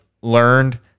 learned